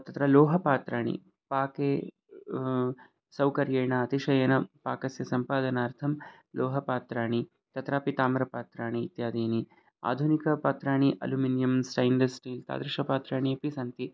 तत्र लोहपात्राणि पाके सौकर्येण अतिशयेन पाकस्य सम्पादनार्थं लोहपात्राणि तत्रापि ताम्रपात्राणि इत्यादीनि आधुनिकपात्राणि अल्युमिनियं स्टैन्लेस् स्टील् तादृशपात्राणि अपि सन्ति